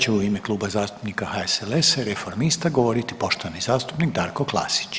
Sad će u ime Kluba zastupnika HSLS-a i Reformista govoriti poštovani zastupnik Darko Klasić.